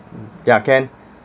ya can